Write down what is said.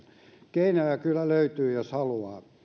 keinoja kyllä löytyy jos haluaa